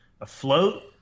afloat